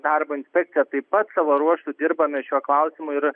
darbo inspekcija taip pat savo ruožtu dirbame šiuo klausimu ir